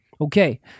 okay